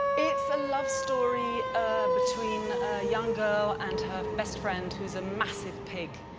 it's a love story between a young girl and her best friend who is a massive pig,